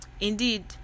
Indeed